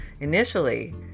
initially